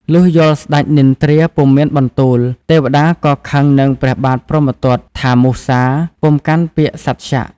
លុះយល់ស្តេចនិទ្រាពុំមានបន្ទូល ទេវតាក៏ខឹងនឹងព្រះបាទព្រហ្មទត្តថាមុសាពុំកាន់ពាក្យសត្យ។